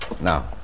Now